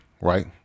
right